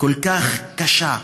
כל כך קשה,